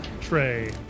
Trey